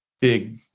big